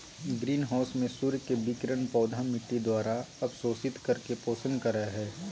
green house में सूर्य के विकिरण पौधा मिट्टी द्वारा अवशोषित करके पोषण करई हई